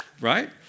Right